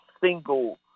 single